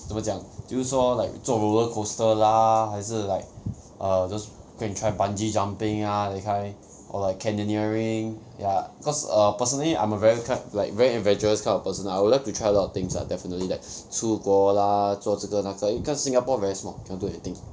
怎么讲就是说 like 坐 roller coaster lah 还是 like err those go and try bungee jumping ah that kind or like ya cause err personally I'm a very like very adventurous kind of person lah I would like to try a lot of things lah definitely like 出国 lah 做这个那个 cause singapore very small cannot do anything